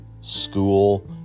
school